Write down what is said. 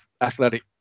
athletic